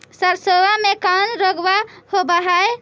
सरसोबा मे कौन रोग्बा होबय है?